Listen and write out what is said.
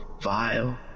vile